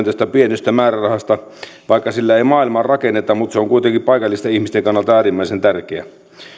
tästä pienestä määrärahasta vaikka sillä ei maailmaa rakenneta niin se on kuitenkin paikallisten ihmisten kannalta äärimmäisen tärkeä